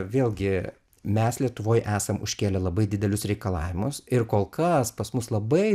vėlgi mes lietuvoj esam užkėlę labai didelius reikalavimus ir kol kas pas mus labai